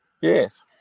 Yes